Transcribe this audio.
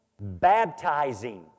baptizing